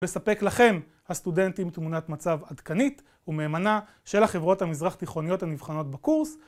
נספק לכם הסטודנטים תמונת מצב עדכנית, ומהימנה של החברות המזרח-תיכוניות הנבחנות בקורס